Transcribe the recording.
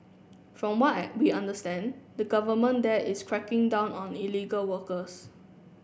from why we understand the government there is cracking down on illegal workers